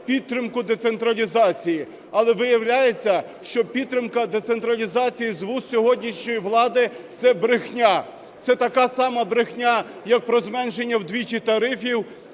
підтримку децентралізації, але виявляється, що підтримка децентралізації з вуст сьогоднішньої влади – це брехня. Це така сама брехня, як про зменшення вдвічі тарифів,